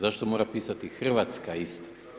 Zašto mora pisati hrvatska Istra?